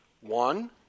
One